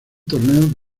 torneo